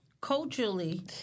culturally